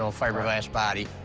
so fiberglass body.